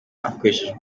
hakoreshejwe